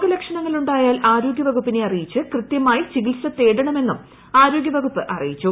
രോഗലക്ഷണങ്ങൾ ഉണ്ടായാൽ ആരോഗ്യവകുപ്പിനെ അറിയിച്ച് കൃതൃമായി ചികിത്സ തേടണമെന്നും ആരോഗൃ വകുപ്പ് അറിയിച്ചു